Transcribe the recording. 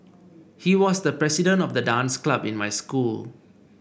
he was the president of the dance club in my school